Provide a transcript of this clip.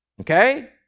Okay